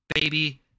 Baby